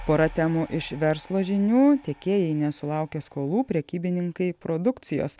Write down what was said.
pora temų iš verslo žinių tiekėjai nesulaukia skolų prekybininkai produkcijos